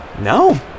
No